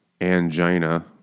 angina